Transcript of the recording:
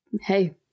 hey